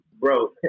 bro